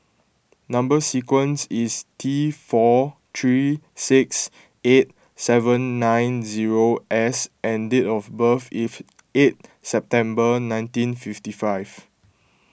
Number Sequence is T four three six eight seven nine zero S and date of birth is eight September nineteen fifty five